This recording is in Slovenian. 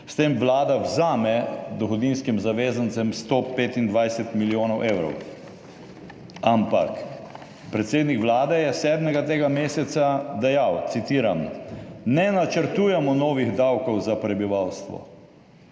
s tem Vlada vzame dohodninskim zavezancem 125 milijonov evrov, ampak predsednik Vlade je sedmega tega meseca dejal, citiram: »Ne načrtujemo novih davkov za prebivalstvo.«